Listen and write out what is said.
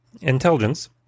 intelligence